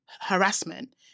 harassment